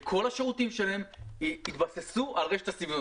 בכל השירותים שלהן יתבססו על רשת הסיבים.